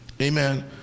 Amen